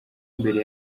mbere